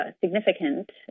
significant